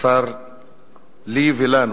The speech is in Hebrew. ותחסר לי, ולנו,